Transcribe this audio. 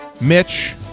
Mitch